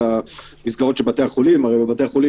מתחילים בפחות מסוכנות,